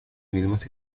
mismas